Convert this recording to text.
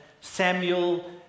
Samuel